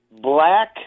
black